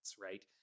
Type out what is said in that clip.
right